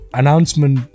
announcement